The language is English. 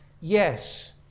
yes